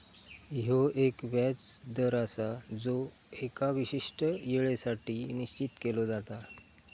ह्यो एक व्याज दर आसा जो एका विशिष्ट येळेसाठी निश्चित केलो जाता